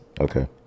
Okay